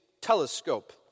Telescope